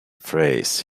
phrase